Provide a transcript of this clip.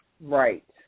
Right